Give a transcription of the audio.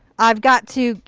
i've got to.